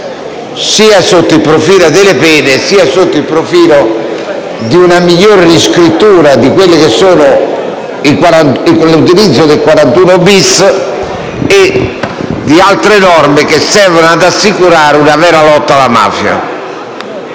sia sotto il profilo delle pene, sia sotto il profilo di una migliore riscrittura delle norme che riguardano l'utilizzo del 41-*bis* e di altre norme che servono ad assicurare una vera lotta alla mafia.